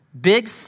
big